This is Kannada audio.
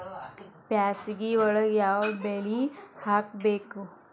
ಬ್ಯಾಸಗಿ ಒಳಗ ಯಾವ ಬೆಳಿ ಹಾಕಬೇಕು?